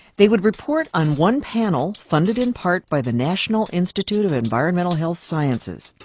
they would report on one panel funded in part by the national institute of environmental health sciences.